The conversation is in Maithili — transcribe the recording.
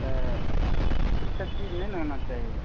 तऽ ई सभ चीज नहि ने होना चाही